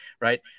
right –